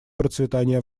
процветания